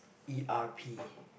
e_r_p